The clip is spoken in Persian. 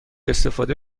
استفاده